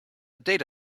data